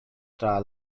tra